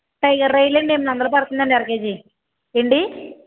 tiger రొయ్యలు అండి ఎనిమిది వందలు పడుతుంది అండి అర కేజీ ఏమండి